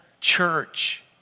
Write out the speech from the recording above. church